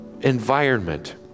environment